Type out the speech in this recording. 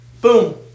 Boom